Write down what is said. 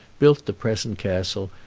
built the present castle,